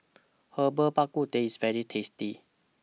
Herbal Bak Ku Teh IS very tasty